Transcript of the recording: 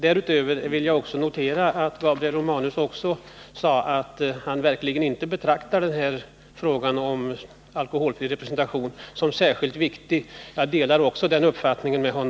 Därutöver vill jag notera att Gabriel Romanus sade att han inte betraktar frågan om alkoholfri representation som särskilt viktig. Jag delar den uppfattningen.